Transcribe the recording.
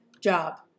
job